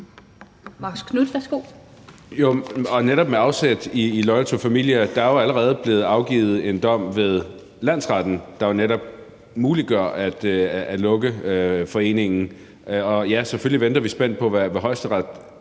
Netop med afsæt i Loyal To Familia er der jo allerede blevet afgivet en dom ved landsretten, der muliggør at lukke foreningen. Og ja, selvfølgelig venter vi spændt på, hvad Højesteret